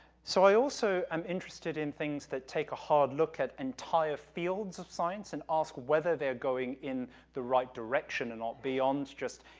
so, i also am interested in things that take a hard look at entire fields of science and ask whether they're going in the right direction and um beyond just,